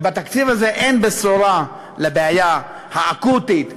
ובתקציב הזה אין בשורה לבעיה האקוטית,